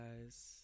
guys